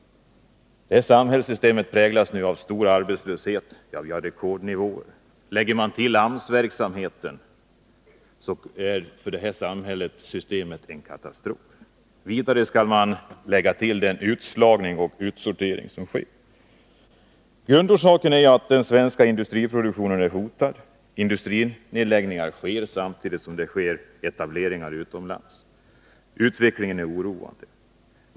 Detta samhällssystem präglas nu av stor arbetslöshet, ja, vi har rekordnivåer. Lägger man till AMS-verksamheten blir systemet för det här samhället en katastrof. Och vidare skall man lägga till den utslagning och utsortering som sker. Grundorsaken är att den svenska industriproduktionen är hotad. Industrinedläggningar sker, samtidigt som det sker etableringar utomlands. Utvecklingen är oroande.